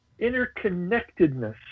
interconnectedness